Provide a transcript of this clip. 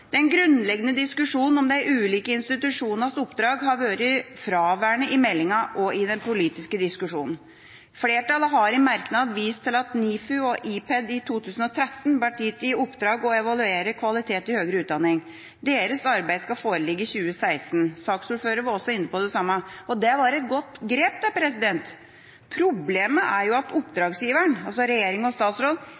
Den grunnleggende diskusjonen om de ulike institusjonenes oppdrag har vært fraværende i meldinga og i den politiske diskusjonen. Flertallet har i merknad vist til at NIFU og IPED i 2013 ble gitt i oppdrag å evaluere kvalitet i høgere utdanning. Deres arbeid skal foreligge i 2016. Saksordføreren var også inne på det samme. Det var et godt grep. Problemet er at oppdragsgiveren – regjering og statsråd